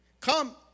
Come